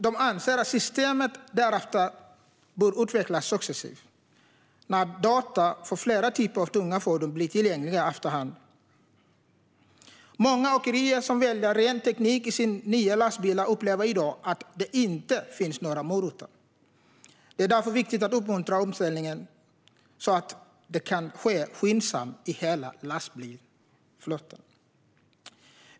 De anser att systemet därefter bör utvecklas successivt, när data för fler typer av tunga fordon blir tillgängliga efter hand. Många åkerier som väljer ren teknik i sina nya lastbilar upplever i dag att det inte finns några morötter. Det är därför viktigt att uppmuntra omställningen så att den kan ske skyndsamt i hela lastbilsflottan.